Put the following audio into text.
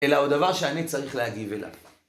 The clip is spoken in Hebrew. אלא עוד דבר שאני צריך להגיב אליו.